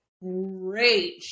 rage